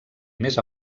més